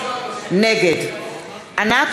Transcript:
נגד ענת